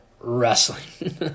Wrestling